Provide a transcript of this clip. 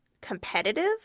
competitive